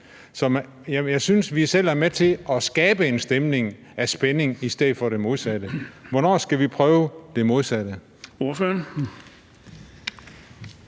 jeg synes, vi selv er med til at skabe en stemning af spænding stedet for det modsatte. Hvornår skal vi prøve det modsatte?